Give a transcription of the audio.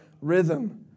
rhythm